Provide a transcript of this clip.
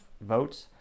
votes